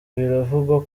biravugwa